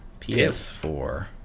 PS4